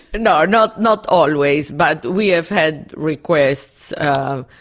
no, ah not not always, but we have had requests, um